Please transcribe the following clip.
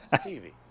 Stevie